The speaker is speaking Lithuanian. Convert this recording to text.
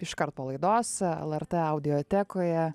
iškart po laidos lrt audiotekoje